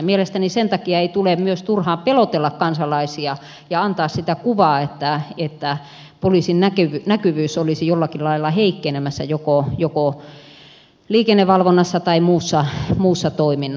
mielestäni sen takia ei tule myöskään turhaan pelotella kansalaisia ja antaa sitä kuvaa että poliisin näkyvyys olisi jollakin lailla heikkenemässä joko liikennevalvonnassa tai muussa toiminnassa